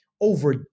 over